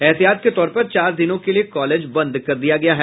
एहतियात के तौर पर चार दिनों के लिए कॉलेज बंद कर दिया गया है